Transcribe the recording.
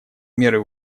меры